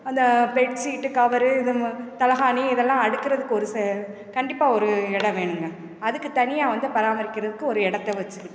அந்த bedsheet cover இந்த ம தலைகாணி இதெல்லாம் அடுக்குறதுக்கு ஒரு சே கண்டிப்பாக ஒரு எடம் வேணுங்க அதுக்குத் தனியாக வந்து பராமரிக்கிறதுக்கு ஒரு இடத்த வச்சிக்கிட்டு